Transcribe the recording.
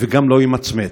וגם לא ימצמץ,